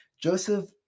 Joseph